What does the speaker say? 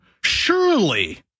surely